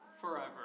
forever